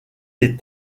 les